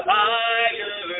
higher